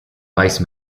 vice